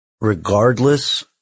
regardless